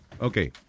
Okay